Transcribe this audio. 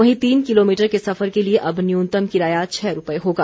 वहीं तीन किलोमीटर के सफर के लिये अब न्यूनतम किराया छह रुपये होगा